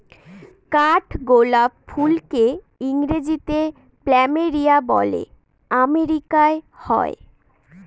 কাঠগোলাপ ফুলকে ইংরেজিতে প্ল্যামেরিয়া বলে আমেরিকায় হয়